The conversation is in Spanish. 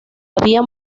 había